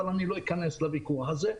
אבל לא אכנס לוויכוח הזה.